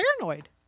paranoid